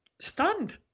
stunned